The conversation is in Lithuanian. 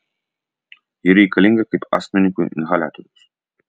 ji reikalinga kaip astmininkui inhaliatorius